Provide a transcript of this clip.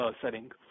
setting